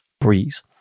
breeze